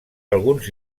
alguns